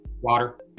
Water